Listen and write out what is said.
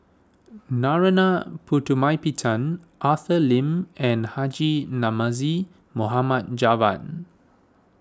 Narana Putumaippittan Arthur Lim and Haji Namazie Mohamed Javad